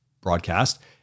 broadcast